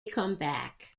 comeback